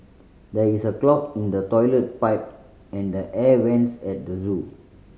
there is a clog in the toilet pipe and the air vents at the zoo